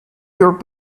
your